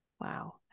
wow